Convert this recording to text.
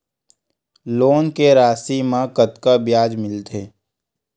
Loan के राशि मा कतका ब्याज मिलथे?